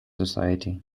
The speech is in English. society